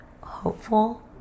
hopeful